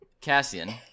Cassian